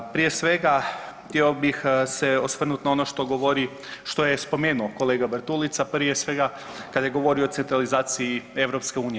Prije svega htio bih se osvrnut na ono što govori, što je spomenuo kolega Bartulica prije svega kad je govorio o centralizaciji EU.